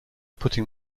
putting